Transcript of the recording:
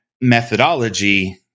methodology